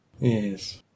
Yes